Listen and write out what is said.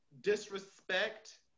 disrespect